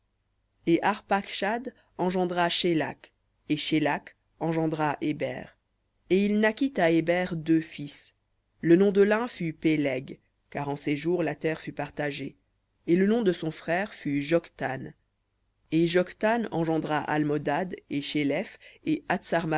et arpacshad engendra shélakh et shélakh engendra héber et il naquit à héber deux fils le nom de l'un fut péleg car en ses jours la terre fut partagée et le nom de son frère fut joktan et joktan engendra almodad et shéleph et